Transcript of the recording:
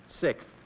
Sixth